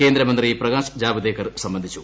കേന്ദ്രമന്ത്രി പ്രകാശ് ജാവ്ദേക്കർ സംബന്ധിച്ചു